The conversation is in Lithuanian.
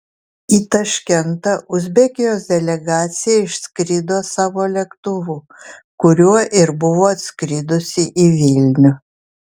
į taškentą uzbekijos delegacija išskrido savo lėktuvu kuriuo ir buvo atskridusi į vilnių